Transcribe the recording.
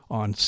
on